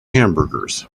hamburgers